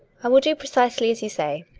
i will do precisely as you say,